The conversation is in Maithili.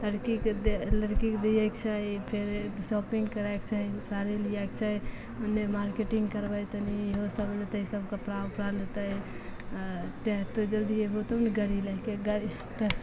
लड़कीके दै लड़कीके दिएके छै फेर शॉपिन्ग करैके छै साड़ी लिएके छै ओन्ने मार्केटिन्ग करबै तनि ईहोसब लेतै सब कपड़ा उपड़ा लेतै अँ तऽ तू जल्दी अइबहो तब ने गाड़ी लैके गाड़ी तऽ